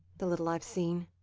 the little i've seen.